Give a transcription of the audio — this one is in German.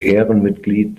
ehrenmitglied